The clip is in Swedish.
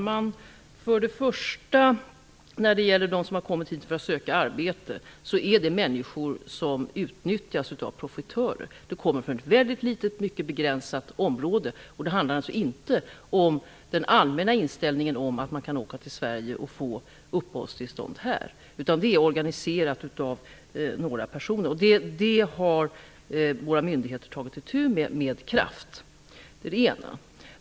Herr talman! De människor som har kommit hit för att söka arbete är människor som utnyttjas av profitörer och som kommer från ett litet och mycket begränsat område. Det handlar alltså inte om den allmänna inställningen att man kan åka till Sverige och få uppehållstillstånd här, utan det är organiserat av några personer. Detta har våra myndigheter med kraft tagit itu med. Det är det ena.